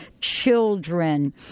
children